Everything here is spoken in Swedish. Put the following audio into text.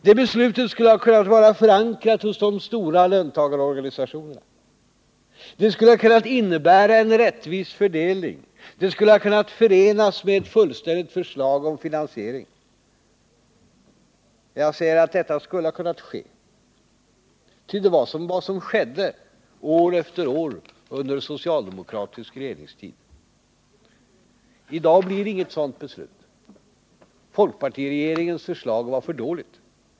Det beslutet skulle ha kunnat vara förankrat hos de stora löntagarorganisationerna. Det skulle ha kunnat innebära en rättvis fördelning. Det skulle ha kunnat förenas med ett fullständigt förslag om finansiering. Jag säger att detta skulle ha kunnat ske. Ty det var vad som skedde år efter år under socialdemokratisk regeringstid. I dag blir det inget sådant beslut. Folkpartiregeringens förslag var för dåligt.